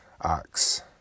ox